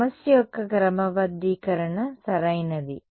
కాబట్టి సమస్య యొక్క క్రమబద్ధీకరణ సరైనది